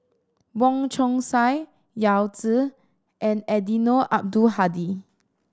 Wong Chong Sai Yao Zi and Eddino Abdul Hadi